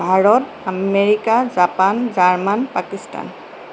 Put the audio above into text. Bharat America Japan German Pakistan